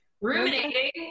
ruminating